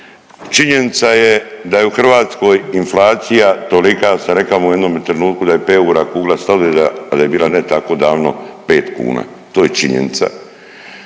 Činjenica je da je u Hrvatskoj inflacija tolika, ja sam rekao u jednom trenutku da pet eura kugla sladoleda, al je bila ne tako davno pet kuna, to je činjenica